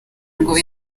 ngo